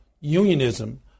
unionism